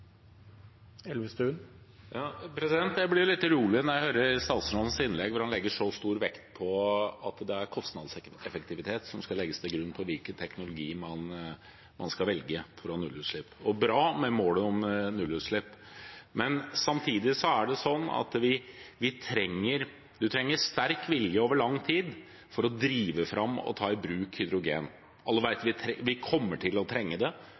Jeg blir litt urolig når jeg hører statsrådens innlegg, der han legger så stor vekt på at det er kostnadseffektivitet som skal legges til grunn for hvilken teknologi man skal velge for å ha nullutslipp. Det er bra med mål om nullutslipp, men samtidig trenger vi sterk vilje over lang tid for å drive fram og ta i bruk hydrogen. Alle vet at vi kommer til å trenge det